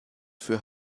für